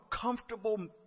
comfortable